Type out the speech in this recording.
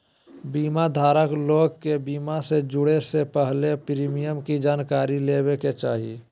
बीमा धारक लोग के बीमा से जुड़े से पहले प्रीमियम के जानकारी लेबे के चाही